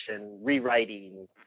rewriting